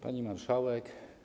Pani Marszałek!